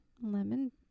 Lemon